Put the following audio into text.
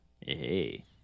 Hey